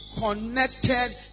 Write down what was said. connected